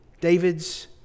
David's